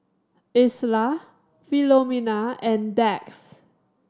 Isla Filomena and Dax